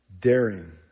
daring